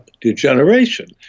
degeneration